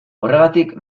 horregatik